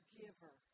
giver